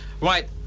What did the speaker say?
Right